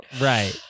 Right